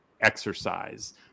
exercise